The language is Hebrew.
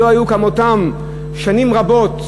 שלא היו כמותם שנים רבות.